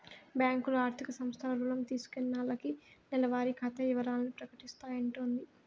బ్యాంకులు, ఆర్థిక సంస్థలు రుణం తీసుకున్నాల్లకి నెలవారి ఖాతా ఇవరాల్ని ప్రకటిస్తాయంటోది